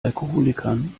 alkoholikern